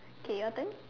okay your turn